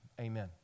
amen